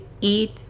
eat